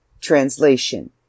Translation